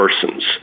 persons